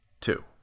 Two